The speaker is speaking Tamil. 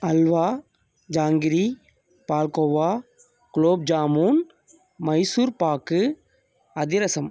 அல்வா ஜாங்கிரி பால்கோவா குலோப் ஜாமுன் மைசூர் பாக்கு அதிரசம்